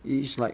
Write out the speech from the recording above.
it is like